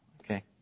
Okay